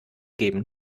geben